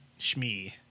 Shmi